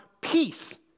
peace